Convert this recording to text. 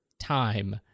time